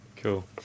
cool